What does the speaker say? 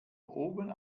oben